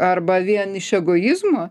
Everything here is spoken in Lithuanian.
arba vien iš egoizmo